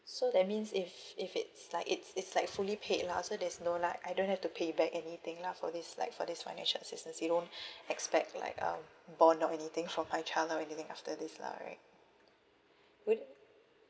so that means if if it's like it's it's like fully paid lah so there's no like I don't have to pay back anything lah for this like for this financial assistance they don't expect like um bond or anything for my child lah or anything after this lah right would